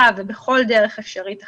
לממשלה, ובכל דרך אפשרית אחרת.